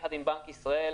יחד עם בנק ישראל,